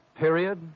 Period